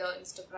Instagram